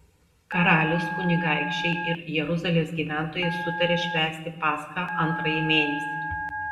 karalius kunigaikščiai ir jeruzalės gyventojai sutarė švęsti paschą antrąjį mėnesį